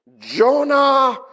Jonah